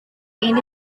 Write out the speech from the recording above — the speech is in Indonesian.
ini